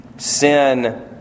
Sin